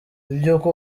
iby’uko